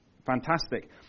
Fantastic